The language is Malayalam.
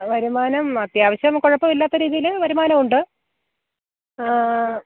വരുമാനം അത്യാവശ്യം കുഴപ്പമില്ലാത്ത രീതിയിൽ വരുമാനമുണ്ട് ആ